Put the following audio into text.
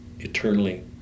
Eternally